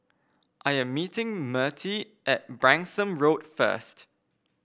I am meeting Mertie at Branksome Road first